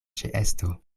ĉeesto